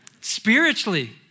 Spiritually